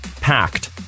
packed